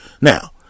Now